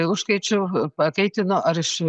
užkaičiu pakaitinu ar iš